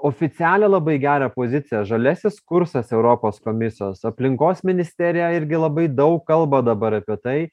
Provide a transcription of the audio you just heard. oficialią labai gerą poziciją žaliasis kursas europos komisijos aplinkos ministerija irgi labai daug kalba dabar apie tai